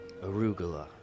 arugula